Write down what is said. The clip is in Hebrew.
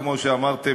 כמו שאמרתם,